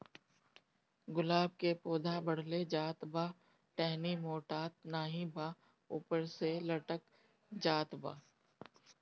गुलाब क पौधा बढ़ले जात बा टहनी मोटात नाहीं बा ऊपर से लटक जात बा?